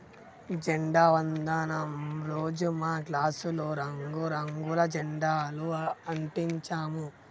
జెండా వందనం రోజు మా క్లాసులో రంగు రంగుల జెండాలు అంటించాము